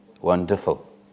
Wonderful